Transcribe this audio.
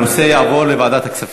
הנושא יעבור לוועדת הכספים.